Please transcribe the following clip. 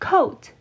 Coat